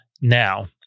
now